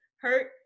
hurt